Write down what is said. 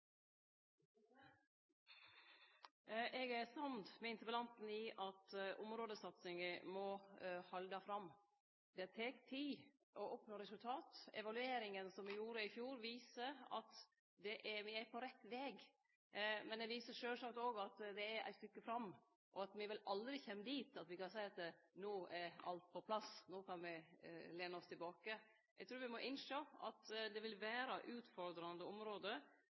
Eg er samd med interpellanten i at områdesatsinga må halde fram. Det tek tid å oppnå resultat. Evalueringa me gjorde i fjor, viser at me er på rett veg, men ho viser sjølvsagt òg at det er eit stykke fram, og at me vel aldri kjem dit at me kan seie at no er alt på plass, no kan me lene oss tilbake. Eg trur me må innsjå at det vil vere utfordrande område